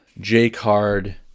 j-card